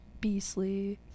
beastly